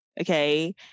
okay